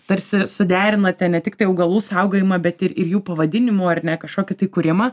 tarsi suderinate ne tiktai augalų saugojimą bet ir ir jų pavadinimų ar ne kažkokį tai kūrimą